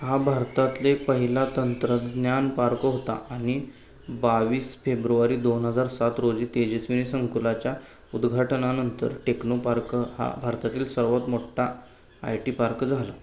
हा भारतातले पहिला तंत्रज्ञान पार्क होता आणि बावीस फेब्रुवारी दोन हजार सात रोजी तेजस्विनी संकुलाच्या उद्घाटनानंतर टेक्नो पार्क हा भारतातील सर्वात मोठा आय टी पार्क झाला